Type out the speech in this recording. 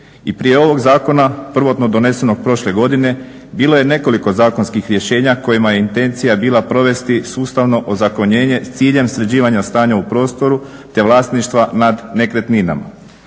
i prije ovog zakona prvotno donesenog prošle godine bilo je nekoliko zakonskih rješenja kojima je intencija bila provesti sustavno ozakonjenje s ciljem sređivanja stanja u prostoru te vlasništva nad nekretninama.